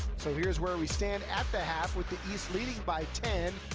so here is where we stand at the half, with the east leading by ten,